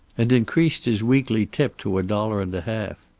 and increased his weekly tip to a dollar and a half.